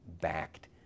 backed